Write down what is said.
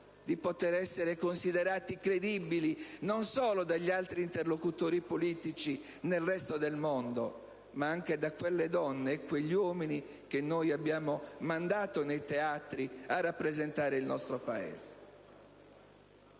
di poter essere considerati credibili, non solo dagli altri interlocutori politici nel resto del mondo, ma anche da quelle donne e quegli uomini che noi abbiamo mandato nei teatri a rappresentare il nostro Paese?